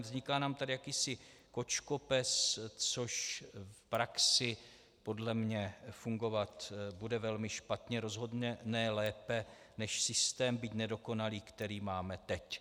Vzniká nám tady jakýsi kočkopes, což v praxi podle mě fungovat bude velmi špatně, rozhodně ne lépe než systém, byť nedokonalý, který máme teď.